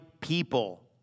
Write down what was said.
people